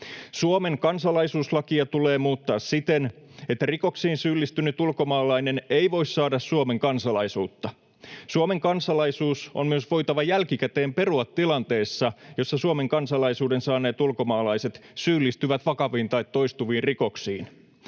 Suomen kansalaisuuslakia tulee muuttaa siten, että rikoksiin syyllistynyt ulkomaalainen ei voi saada Suomen kansalaisuutta. Suomen kansalaisuus on myös voitava jälkikäteen perua tilanteessa, jossa Suomen kansalaisuuden saaneet ulkomaalaiset syyllistyvät vakaviin tai toistuviin rikoksiin.